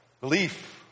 belief